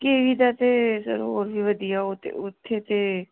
ਕੇ V ਦਾ ਤਾਂ sir ਹੋਰ ਵੀ ਵਧੀਆ ਉਹ ਤਾਂ ਉੱਥੇ ਤਾਂ